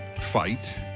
fight